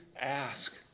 ask